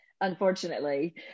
unfortunately